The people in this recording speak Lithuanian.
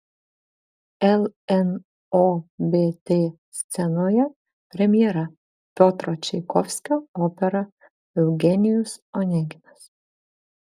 lnobt scenoje premjera piotro čaikovskio opera eugenijus oneginas